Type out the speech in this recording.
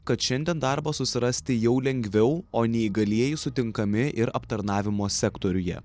kad šiandien darbą susirasti jau lengviau o neįgalieji sutinkami ir aptarnavimo sektoriuje